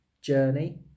journey